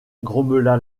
grommela